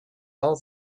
all